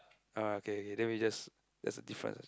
ah K K then we just that's a difference